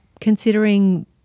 considering